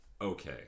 Okay